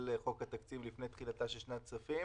חוק התקציב לפני תחילתה של שנת כספים,